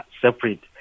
separate